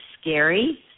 scary